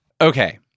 Okay